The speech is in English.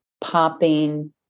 popping